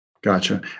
Gotcha